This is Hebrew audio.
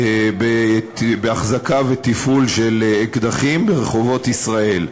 באחזקה ותפעול של אקדחים ברחובות ישראל.